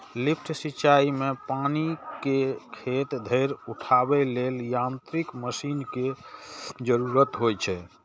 lift सिंचाइ मे पानि कें खेत धरि उठाबै लेल यांत्रिक मशीन के जरूरत होइ छै